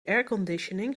airconditioning